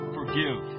Forgive